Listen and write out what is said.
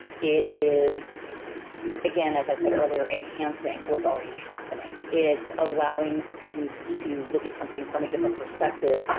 it is again as i said earlier, enhancing what's already happening. it's allowing students to look at something from a different perspective.